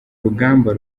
rugamba